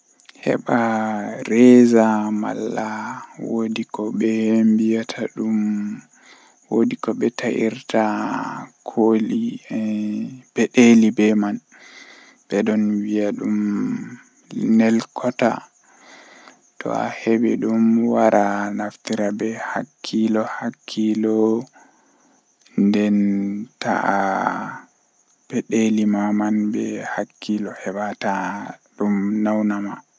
Midon fina haa doidi njamdi jweedidi be reeta kala nde weeti fuu tomi fini mi hasitan njamdi sappo tomi hasiti njamdi sappo mi taska mi dilla kuugal njamdi sappo e go'o eh milora mi nyama nyamdu nange njamdi didi eh nden mi umma njamdi joye haa babal kuugal mi warta saare.